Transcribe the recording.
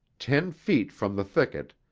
ten feet from the thicket,